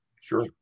sure